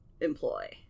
employ